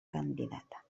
candidata